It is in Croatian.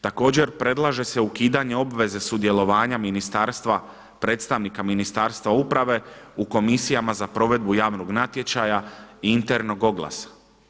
Također predlaže se ukidanje obveze sudjelovanja ministarstva predstavnika Ministarstva uprave u komisijama za provedbu javnog natječaja i internog oglasa.